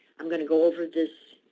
i'm going to go over this